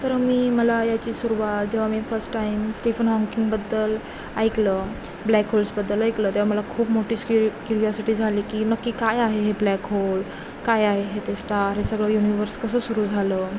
तर मी मला याची सुरुवात जेव्हा मी फस टाईम स्टिफन हॉंकिंगबद्दल ऐकलं ब्लॅक होल्सबद्दल ऐकलं तेव्हा मला खूप मोठी क्यू क्युरिऑसिटी झाली की नक्की काय आहे हे ब्लॅक होल काय आहे हे ते स्टार हे सगळं युनिवर्स कसं सुरू झालं